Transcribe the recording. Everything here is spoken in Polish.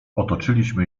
otoczyliśmy